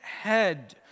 head